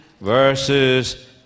verses